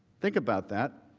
think about that.